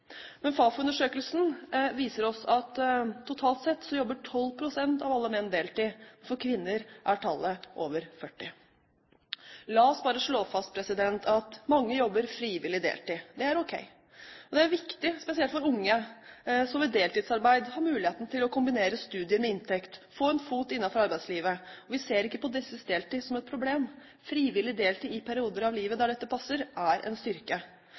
Men Fafo-undersøkelsen viser oss at totalt sett jobber 12 pst. av alle menn deltid, for kvinner er tallet over 40 pst. La oss bare slå fast at mange jobber frivillig deltid. Det er ok, og det er viktig. Spesielt for unge vil deltidsarbeid gi mulighet til å kombinere studie med inntekt, og å få en fot innenfor arbeidslivet. I den sammenhengen ser vi ikke deltid som et problem. Frivillig deltid i perioder av livet når dette passer, er en styrke.